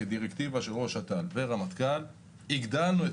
כדירקטיבה של ראש אט"ל ורמטכ"ל הגדלנו את